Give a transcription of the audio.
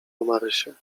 marysię